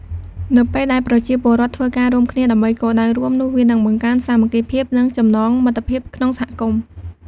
នៅពេលដែលប្រជាពលរដ្ឋ ធ្វើការរួមគ្នាដើម្បីគោលដៅរួម នោះវានឹងបង្កើនសាមគ្គីភាព និងចំណងមិត្តភាពក្នុងសហគមន៍។